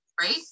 right